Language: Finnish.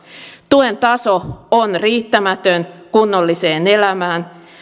tuen taso on riittämätön kunnolliseen elämään